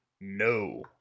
no